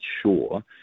sure